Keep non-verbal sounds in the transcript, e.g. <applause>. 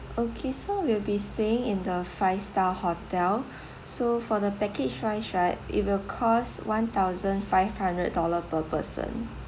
okay so we'll be staying in the five star hotel <breath> so for the package wise right it will cost one thousand five hundred dollar per person